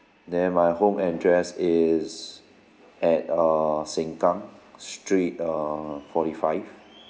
then my home address is at err sengkang street err forty five